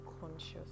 conscious